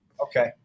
Okay